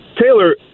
Taylor